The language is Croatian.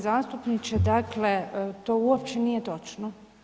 g. Zastupniče, dakle to uopće nije točno.